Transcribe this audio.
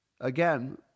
Again